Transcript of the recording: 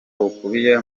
bukubiye